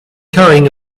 carrying